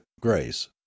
grace